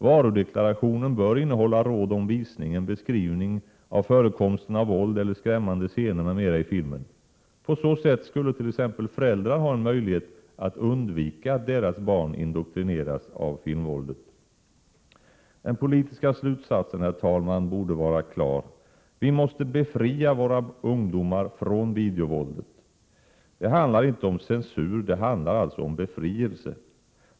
Varudeklarationen bör innehålla råd om visningen, beskrivning av förekomsten av våld eller skrämmande scener va Prot. 1987/88:122 m.m. ifilmen. På så sätt skulle t.ex. föräldrarna få en möjlighet att se till att deras barn inte indoktrineras av filmvåldet. Den politiska slutsatsen borde vara klar: Vi måste befria våra ungdomar från videovåldet. Det handlar inte om censur, det handlar om befrielse!